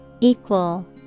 Equal